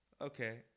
Okay